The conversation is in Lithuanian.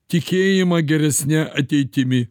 tikėjimą geresne ateitimi